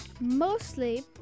Mostly